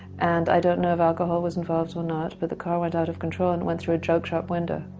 and i don't know if alcohol was involved or not, but the car went out of control and it went through a joke shop window.